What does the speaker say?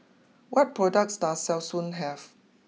what products does Selsun have